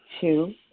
Two